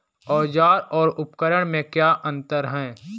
औज़ार और उपकरण में क्या अंतर है?